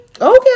okay